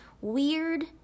weird